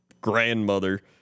grandmother